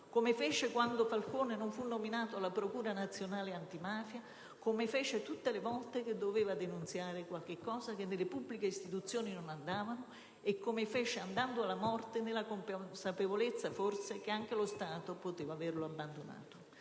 come fece quando Falcone non fu nominato alla Procura nazionale antimafia, come fece tutte le volte che voleva denunziare qualcosa che nelle pubbliche istituzioni non andava, e come fece andando alla morte nella consapevolezza, forse, che anche lo Stato poteva averlo abbandonato.